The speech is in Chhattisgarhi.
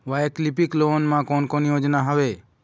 वैकल्पिक लोन मा कोन कोन योजना हवए?